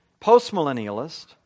postmillennialist